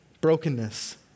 Brokenness